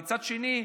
ומצד שני,